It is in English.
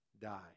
die